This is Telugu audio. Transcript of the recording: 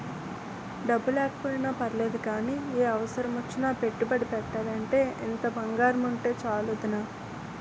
డబ్బు లేకపోయినా పర్లేదు గానీ, ఏ అవసరమొచ్చినా పెట్టుబడి పెట్టాలంటే ఇంత బంగారముంటే చాలు వొదినా